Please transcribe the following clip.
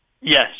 Yes